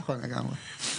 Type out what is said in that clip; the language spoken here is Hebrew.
נכון לגמרי.